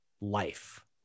life